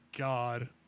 God